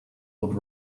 would